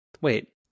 wait